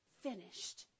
finished